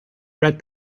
read